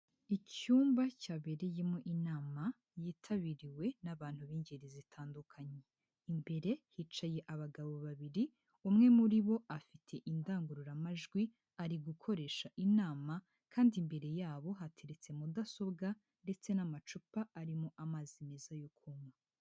Icyumba cyabereyemo inama, yitabiriwe n'abantu b'ingeri zitandukanye. Imbere hicaye abagabo babiri, umwe muri bo afite indangururamajwi, ari gukoresha inama kandi imbere yabo hateretse mudasobwa ndetse n'amacupa arimo amazi meza yo kunywa.